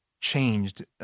changed